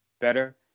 better